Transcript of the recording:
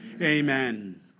Amen